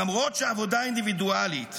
למרות שעבודה אינדיווידואלית